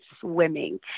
swimming